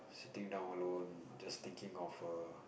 siting down alone just think of err